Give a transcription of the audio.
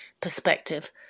perspective